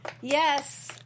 Yes